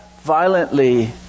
violently